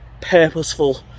purposeful